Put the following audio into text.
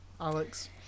Alex